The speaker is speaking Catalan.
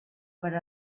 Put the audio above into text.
per